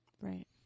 Right